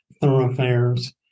thoroughfares